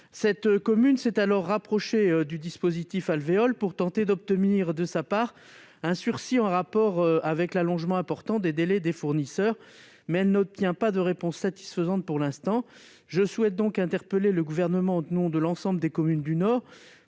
Cette commune s'est alors rapprochée du dispositif Alvéole pour tenter d'obtenir de sa part un sursis en rapport avec l'allongement important des délais des fournisseurs. Mais elle n'obtient pas de réponse satisfaisante pour l'instant. Je souhaite donc interpeller le Gouvernement, au nom de l'ensemble des communes du Nord